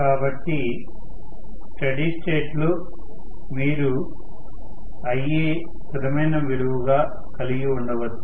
కాబట్టి స్టీడి స్టేట్లో మీరు Ia స్థిరమైన విలువగా కలిగి ఉండవచ్చు